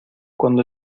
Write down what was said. cuando